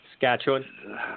Saskatchewan